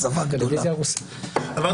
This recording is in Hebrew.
לא,